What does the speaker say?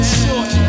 short